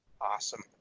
Awesome